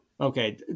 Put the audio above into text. okay